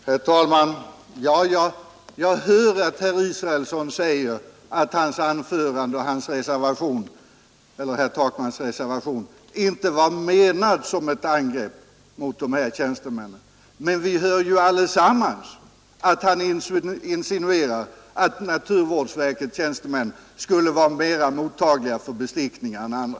Herr talman! Jag hör att herr Israelsson säger att hans anförande och herr Takmans reservation inte är menade som angrepp mot de här tjänstemännen. Men vi hör ju också allesammans att han insinuerar att naturvårdsverkets tjänstemän skulle vara mera mottagliga för bestickning än andra.